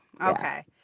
Okay